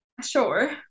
Sure